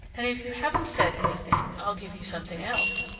and if you haven't said anything, i'll give you something else.